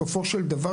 בסופו של דבר,